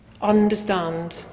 understand